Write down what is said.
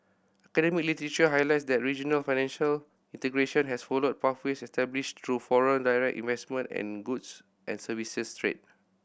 literature highlights that regional financial integration has followed pathways established through foreign direct investment and goods and services trade